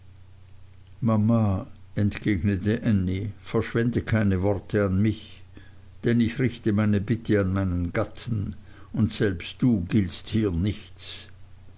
mama entgegnete ännie verschwende keine worte an mich denn ich richte meine bitte an meinen gatten und selbst du giltst hier nichts